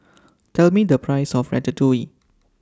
Tell Me The Price of Ratatouille